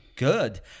Good